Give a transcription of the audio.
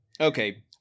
Okay